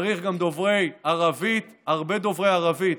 צריך גם דוברי ערבית, הרבה דוברי ערבית